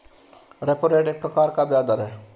repo rate एक प्रकार का ब्याज़ दर है